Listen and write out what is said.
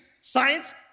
science